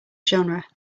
genre